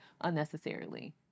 unnecessarily